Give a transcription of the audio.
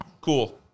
Cool